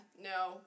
No